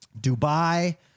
Dubai